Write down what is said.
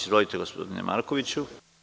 Izvolite, gospodine Markoviću.